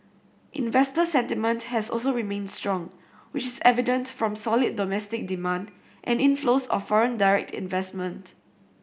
investor sentiment has also remained strong which is evident from solid domestic demand and inflows of foreign direct investment